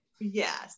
Yes